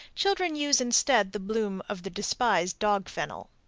children use instead the bloom of the despised dog-fennel.